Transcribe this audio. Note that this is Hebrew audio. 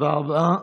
תודה רבה.